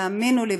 תאמינו לי,